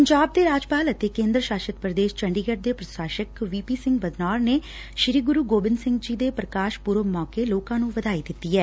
ਪੰਜਾਬ ਦੇ ਰਾਜਪਾਲ ਅਤੇ ਕੇਂਦਰ ਸ਼ਾਸਤ ਪ੍ਰਦੇਸ਼ ਚੰਡੀਗੜ ਦੇ ਪੁਸ਼ਾਸਕ ਵੀ ਪੀ ਸਿੰਘ ਬਦਨੌਰ ਨੇ ਸ੍ਰੀ ਗੁਰੂ ਗੋਬਿੰਦ ਸਿੰਘ ਜੀ ਦੇ ਪ੍ਰਕਾਸ਼ ਪੁਰਬ ਮੌਕੇ ਵਧਾਈ ਦਿੱਤੀ ਐ